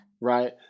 Right